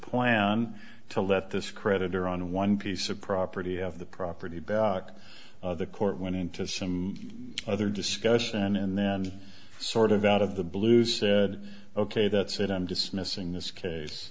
plan to let this creditor on one piece of property have the property back the court went into some other discussion and then sort of out of the blue said ok that's it i'm dismissing this case